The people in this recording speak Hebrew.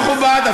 זה מכובד.